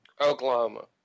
Oklahoma